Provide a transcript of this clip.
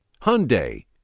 Hyundai